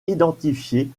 identifiés